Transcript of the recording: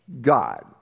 God